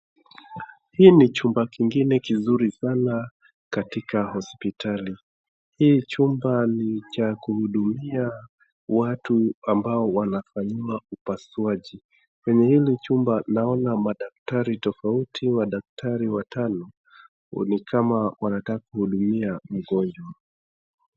Hii chumba kingine kizuri sana katika hospitali. Hii chumba ni cha kuhudumia watu ambao wanafanyiwa upasuaji. Kwa hili chumba naona madaktari tofauti madaktari watano ni kama wanataka kuhudumia mgonjwa.